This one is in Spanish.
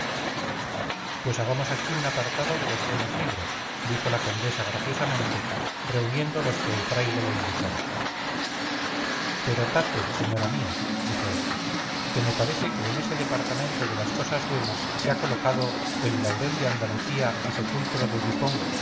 pues hagamos aquí un apartado de los buenos libros dijo la condesa graciosamente reuniendo los que el fraile le indicaba pero tate señora mía dijo este que me parece que en ese departamento de las cosas buenas se ha colado el laurel de andalucía y sepulcro de